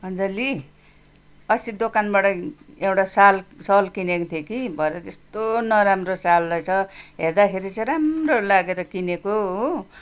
अञ्जली अस्ति दोकानबाटै एउटा साल सल किनेको थिएँ कि भरे त्यस्तो नराम्रो सल रहेछ हेर्दाखेरि चाहिँ राम्रो लागेर किनेको हो